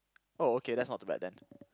oh okay that's not too bad then